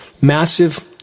massive